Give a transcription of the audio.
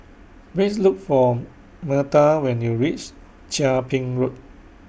Please Look For Myrta when YOU REACH Chia Ping Road